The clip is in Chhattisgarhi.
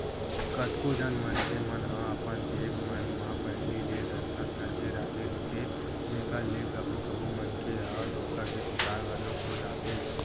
कतको झन मनखे मन ह अपन चेक मन म पहिली ले दस्खत करके राखे रहिथे जेखर ले कभू कभू मनखे ह धोखा के सिकार घलोक हो जाथे